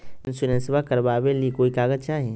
इंसोरेंसबा करबा बे ली कोई कागजों चाही?